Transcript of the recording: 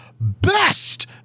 Best